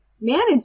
manage